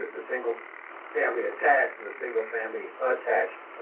the single family attached and the single family attached.